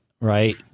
right